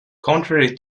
contrary